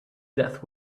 death